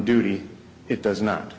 duty it does not